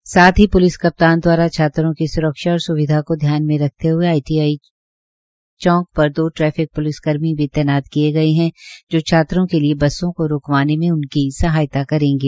इसके साथ ही प्लिस कप्तान दवारा छात्रों की स्रक्षा और स्विधा को ध्यान में रखते हुए आईटीआई चैंक पर दो ट्रैफिक पुलिसकर्मी भी तैनात किए गए हैं जो छात्रों के लिए बसों को रूकवाने में उनकी सहायता करेगें